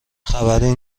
خبری